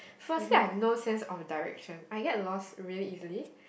firstly I have no sense of direction I get lost really easily